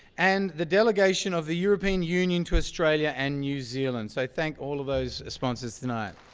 and the delegation of the european union to australia and new zealand. so thank all of those sponsors tonight.